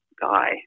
guy